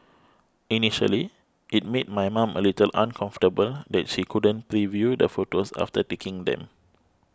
initially it made my mom a little uncomfortable that she couldn't preview the photos after taking them